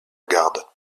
garde